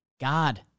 God